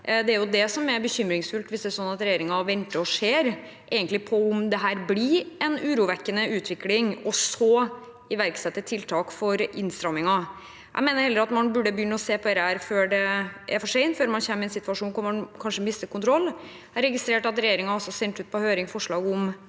seg. Det er bekymringsfullt hvis regjeringen venter og ser på om dette egentlig blir en urovekkende utvikling, og så iverksetter tiltak for innstramminger. Jeg mener heller at man burde begynne å se på det før det er for sent, før man kommer i en situasjon hvor man kanskje mister kontroll. Jeg registrerte at regjeringen også sendte ut på høring forslag om